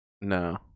No